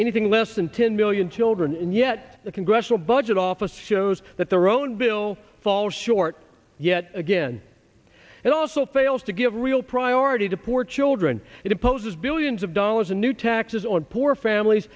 anything less than ten million children and yet the congressional budget office shows that their own bill falls short yet again it also fails to give real priority to poor children it imposes billions of dollars in new taxes on poor families